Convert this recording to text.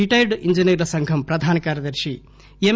రిటైర్లు ఇంజనీర్ల సంఘం ప్రధాన కార్యదర్తి ఎం